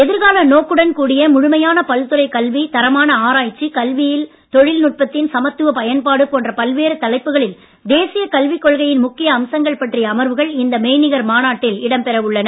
எதிர்கால நோக்குடன் கூடிய முழுமையான பல்துறைக் கல்வி தரமான ஆராய்ச்சி கல்வியில் தொழில் நுட்பத்தின் சமுத்துவ பயன்பாடு போன்ற பல்வேறு தலைப்புகளில் தேசிய கல்விக் கொள்கையின் முக்கிய அம்சங்கள் பற்றிய அமர்வுகள் இந்த மெய்நிகர் மாநாட்டில் இடம் பெற உள்ளன